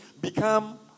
become